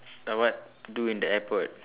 uh what do in the airport